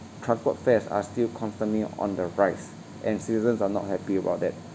transport fares are still constantly on the rise and citizens are not happy about that